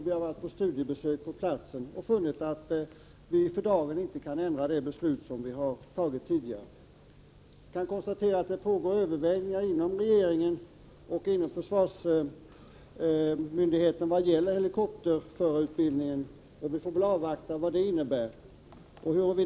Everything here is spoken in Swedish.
Vi har också gjort studiebesök på platsen och funnit att vi för dagen inte kan ändra det beslut som fattats tidigare. Det pågår övervägningar inom regeringen och inom försvarsmyndigheten vad gäller helikopterförarutbildningen. Vi får avvakta resultatet av dessa överväganden.